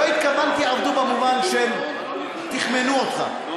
לא התכוונתי עבדו במובן של תכמנו אותך,